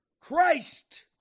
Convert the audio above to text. Christ